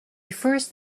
first